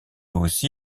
aussi